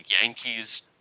Yankees